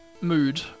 Mood